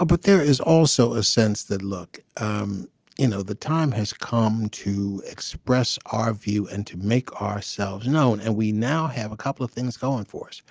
ah but there is also a sense that look um you know the time has come to express our view and to make ourselves known and we now have a couple of things going for us.